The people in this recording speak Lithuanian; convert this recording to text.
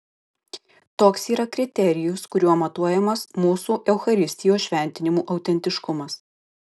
toks yra kriterijus kuriuo matuojamas mūsų eucharistijos šventimų autentiškumas